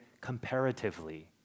comparatively